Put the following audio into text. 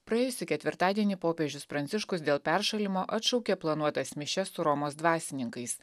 praėjusį ketvirtadienį popiežius pranciškus dėl peršalimo atšaukė planuotas mišias su romos dvasininkais